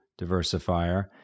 diversifier